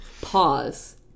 pause